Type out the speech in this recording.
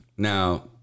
Now